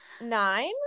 nine